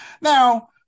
now